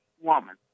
woman